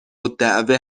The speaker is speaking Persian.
الدعوه